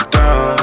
down